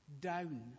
down